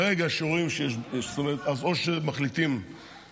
ברגע שרואים, זאת אומרת, או שמחליטים שהמוצר,